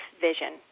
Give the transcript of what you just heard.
vision